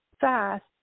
fast